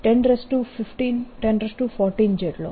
1015 1014 જેટલો